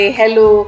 hello